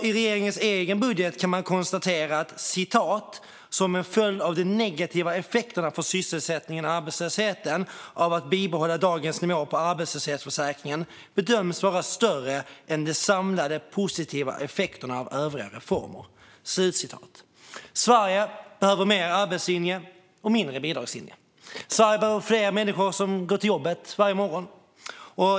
I regeringens egen budget konstateras det vara "en följd av att de negativa effekterna för sysselsättningen och arbetslösheten av att bibehålla dagens nivå på arbetslöshetsersättningen bedöms vara större än de samlade positiva effekterna av övriga reformer". Sverige behöver mer arbetslinje och mindre bidragslinje. Sverige behöver fler människor som går till jobbet varje morgon.